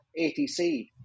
atc